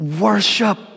worship